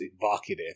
evocative